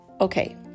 Okay